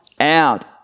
out